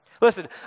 Listen